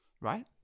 right